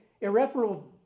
irreparable